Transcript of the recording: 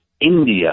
india